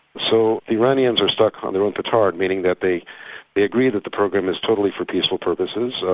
so the iranians are stuck on their own petard meaning that they they agree that the program is totally for peaceful purposes,